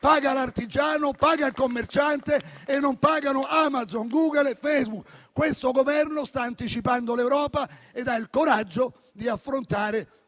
Paga l'artigiano, paga il commerciante e non pagano Amazon, Google e Facebook. Questo Governo sta anticipando l'Europa e ha il coraggio di affrontare